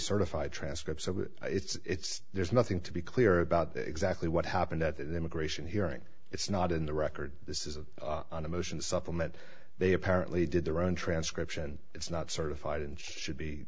certified transcript it's there's nothing to be clear about exactly what happened at the immigration hearing it's not in the record this is on a motion supplement they apparently did their own transcription it's not certified and should be